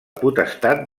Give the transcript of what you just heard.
potestat